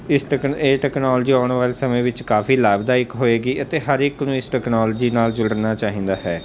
ਇਸ ਟੈਕਨ ਇਹ ਟੈਕਨੋਲਜੀ ਆਉਣ ਵਾਲੇ ਸਮੇਂ ਵਿੱਚ ਕਾਫ਼ੀ ਲਾਭਦਾਇਕ ਹੋਵੇਗੀ ਅਤੇ ਹਰ ਇੱਕ ਨੂੰ ਇਸ ਟੈਕਨੋਲੋਜੀ ਨਾਲ ਜੁੜਨਾ ਚਾਹੀਦਾ ਹੈ